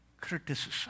criticism